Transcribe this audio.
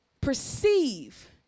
perceive